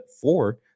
four